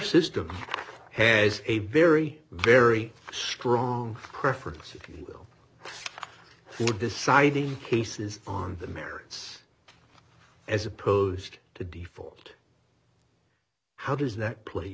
system has a very very strong preference of people deciding cases on the merits as opposed to default how does that play